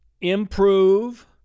improve